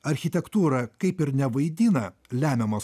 architektūra kaip ir nevaidina lemiamo